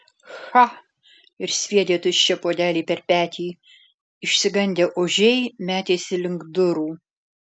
cha ir sviedė tuščią puodelį per petį išsigandę ožiai metėsi link durų